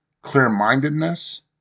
clear-mindedness